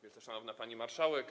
Wielce Szanowna Pani Marszałek!